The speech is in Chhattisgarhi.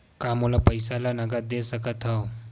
का मोला पईसा ला नगद दे सकत हव?